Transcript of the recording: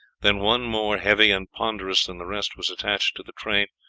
then one more heavy and ponderous than the rest was attached to the train,